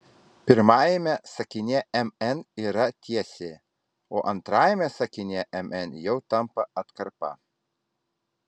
pirmajame sakinyje mn yra tiesė o antrajame sakinyje mn jau tampa atkarpa